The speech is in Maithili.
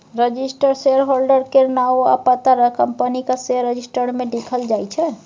रजिस्टर्ड शेयरहोल्डर केर नाओ आ पता कंपनीक शेयर रजिस्टर मे लिखल जाइ छै